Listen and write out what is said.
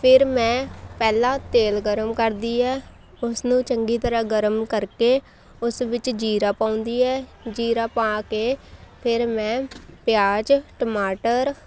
ਫਿਰ ਮੈਂ ਪਹਿਲਾਂ ਤੇਲ ਗਰਮ ਕਰਦੀ ਹੈ ਉਸਨੂੰ ਚੰਗੀ ਤਰ੍ਹਾਂ ਗਰਮ ਕਰਕੇ ਉਸ ਵਿੱਚ ਜੀਰਾ ਪਾਉਂਦੀ ਹੈ ਜੀਰਾ ਪਾ ਕੇ ਫਿਰ ਮੈਂ ਪਿਆਜ ਟਮਾਟਰ